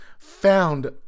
found